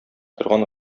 торган